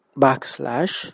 backslash